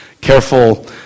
careful